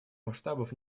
масштабов